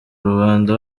rubanda